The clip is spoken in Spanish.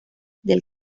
del